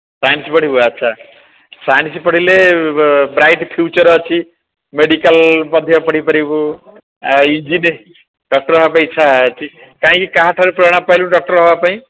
science ପଢ଼ିବୁ ଆଚ୍ଛା science ପଢ଼ିଲେ ବ ବ୍ରାଇଟ ଫ୍ୟୁଚର ଅଛି ମେଡିକାଲ ମଧ୍ୟ ପଢ଼ିପାରିବୁ ଡକ୍ଟର ହେବା ପାଇଁ ଇଚ୍ଛା ଅଛି କାଇଁ କାହାଠାରୁ ପ୍ରେରଣା ପାଇଲୁ ଡକ୍ଟର ହେବା ପାଇଁ